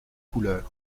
couleurs